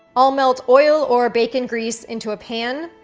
i'll melt oil or bacon grease into a pan,